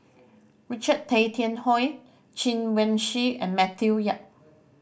Richard Tay Tian Hoe Chen Wen Hsi and Matthew Yap